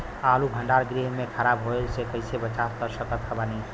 आलू भंडार गृह में खराब होवे से कइसे बचाव कर सकत बानी?